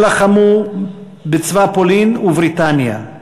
הם לחמו בצבא פולין ובריטניה,